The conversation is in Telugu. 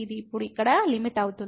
ఇది ఇప్పుడు ఇక్కడ లిమిట్ అవుతుంది